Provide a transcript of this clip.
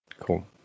Cool